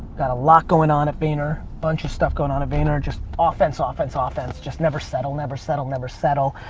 got a lot going on at vayner, bunch of stuff going on at vayner. just offense, ah offense, ah offense, just never settle, never settle, never settle.